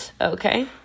Okay